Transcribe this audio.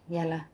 ya lah